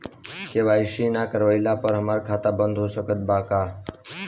KYC ना करवाइला पर हमार खाता बंद हो सकत बा का?